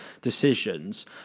decisions